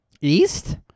East